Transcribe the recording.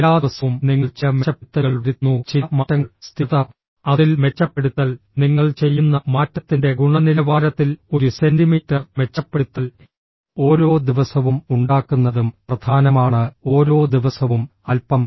എല്ലാ ദിവസവും നിങ്ങൾ ചില മെച്ചപ്പെടുത്തലുകൾ വരുത്തുന്നു ചില മാറ്റങ്ങൾ സ്ഥിരത അതിൽ മെച്ചപ്പെടുത്തൽ നിങ്ങൾ ചെയ്യുന്ന മാറ്റത്തിന്റെ ഗുണനിലവാരത്തിൽ ഒരു സെന്റിമീറ്റർ മെച്ചപ്പെടുത്തൽ ഓരോ ദിവസവും ഉണ്ടാക്കുന്നതും പ്രധാനമാണ് ഓരോ ദിവസവും അൽപ്പം